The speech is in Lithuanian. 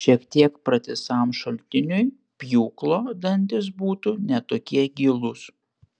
šiek tiek pratisam šaltiniui pjūklo dantys būtų ne tokie gilūs